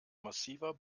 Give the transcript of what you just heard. massiver